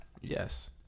Yes